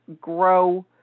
grow